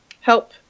help